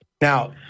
Now